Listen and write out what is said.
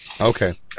Okay